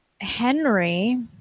Henry